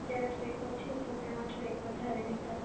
અત્યારે થોડીક ઓછી છે તો એમાં થોડીક વધારાની